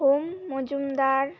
Om Majumdar